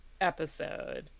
episode